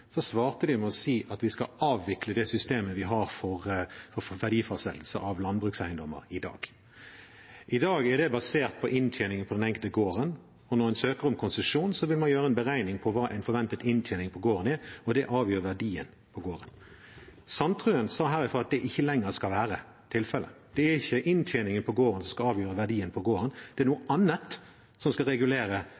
svarte de med å si at vi skal avvikle det systemet vi har for verdifastsettelse av landbrukseiendommer i dag. I dag er det basert på inntjening på den enkelte gården. Når en søker om konsesjon, vil en gjøre en beregning på hva en forventet inntjening på gården er, og det avgjør verdien på gården. Sandtrøen sa herfra at det ikke lenger skal være tilfellet. Det er ikke inntjeningen på gården som skal avgjøre verdien på gården; det er noe